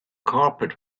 carpet